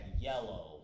Yellow